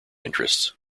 interests